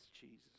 Jesus